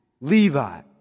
Levi